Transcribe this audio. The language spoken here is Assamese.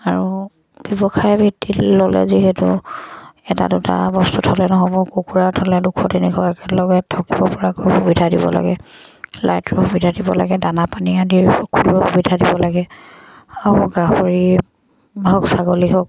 আৰু ব্যৱসায় ভিত্তিত ল'লে যিহেতু এটা দুটা বস্তু থ'লে নহ'ব কুকুৰা থ'লে দুশ তিনিশ একেলগে থাকিব পৰাকৈ সুবিধা দিব লাগে লাইটৰ সুবিধা দিব লাগে দানা পানী আদি সকলোৰে সুবিধা দিব লাগে আৰু গাহৰি হওক ছাগলী হওক